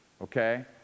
okay